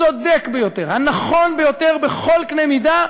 הצודק ביותר, הנכון ביותר בכל קנה מידה,